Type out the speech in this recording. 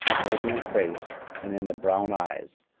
mobile face and in the brown eyes,